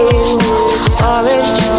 orange